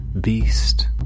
beast